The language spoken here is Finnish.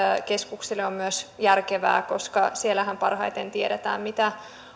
keskuksille on myös järkevää koska siellähän parhaiten tiedetään mitä